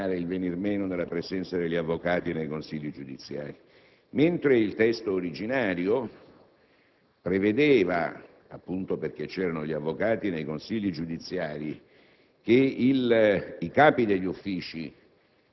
è vero che non è stata più prevista la presenza degli avvocati laici nei consigli giudiziari; è vero però che si è modificato un altro punto molto rilevante della legge, che i colleghi troveranno nella lettera *f**)* del comma